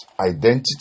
identity